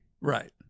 Right